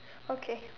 okay